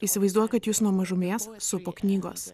įsivaizduoju kad jus nuo mažumės supo knygos